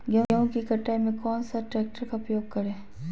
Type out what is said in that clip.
गेंहू की कटाई में कौन सा ट्रैक्टर का प्रयोग करें?